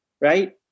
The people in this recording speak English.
right